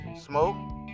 smoke